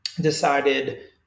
decided